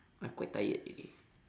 I quite tired already